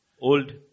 old